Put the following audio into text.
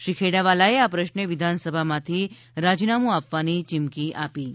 શ્રી ખેડાવાલાએ આ પ્રશ્ને વિધાનસભામાંથી રાજીનામું આપવાની ચીમકી આપી છે